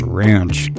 ranch